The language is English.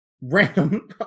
random